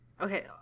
Okay